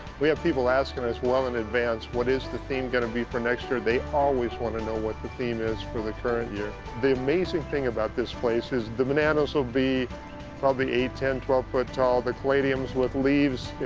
we have people asking us well in advance, what is the theme gonna be for next year? they always want to know what the theme is for the current year. the amazing thing about this place is the manonos will be probably eight, ten, twelve foot tall. the caladiums with leaves